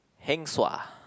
heng sua